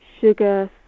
sugar